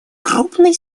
крупной